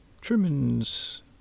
Truman's